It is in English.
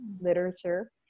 literature